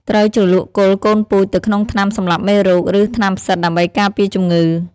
ត្រូវជ្រលក់គល់កូនពូជទៅក្នុងថ្នាំសម្លាប់មេរោគ ឬថ្នាំផ្សិតដើម្បីការពារជំងឺ។